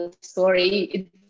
story